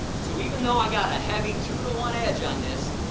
so even though i got a heavy two to one edge on this,